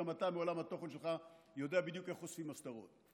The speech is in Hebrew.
גם אתה מעולם התוכן שלך יודע בדיוק איך חושפים הסתרות.